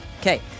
Okay